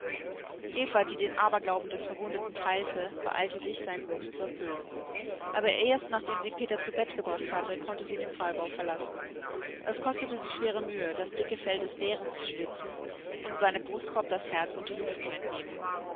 eva die den aberglauben des verwundeten teilte beeilte sich seinen wunsch zu erfüllen aber erst nachdem sie peter zu bett gebracht hatte konnte sie den pfahlbau verlassen es kostete sie schwere mühe das dicke fell des bären zu schlitzen und seinem brustkorb das herz und die lunge zu entnehmen